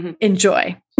enjoy